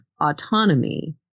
autonomy